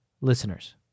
Listeners